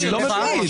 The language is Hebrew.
אני לא מבין.